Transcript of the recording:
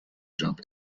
jump